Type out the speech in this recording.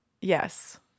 Yes